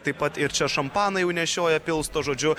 taip pat ir čia šampaną jau nešioja pilsto žodžiu